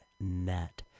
net